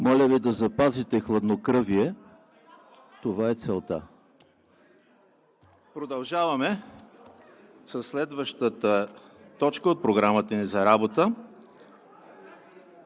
моля Ви да запазите хладнокръвие. Това е целта. Продължаваме със следващата точка от Програмата ни за работа: